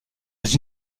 les